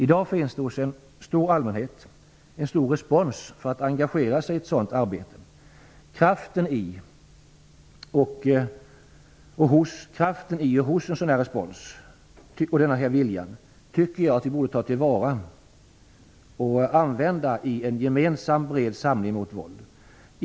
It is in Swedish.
I dag finns hos en bred allmänhet en stor respons för att engagera sig i ett sådant arbete. Kraften i en sådan respons och nämnda vilja tycker jag att vi borde ta till vara och använda i en gemensam bred samling mot våldet.